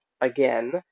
again